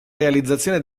realizzazione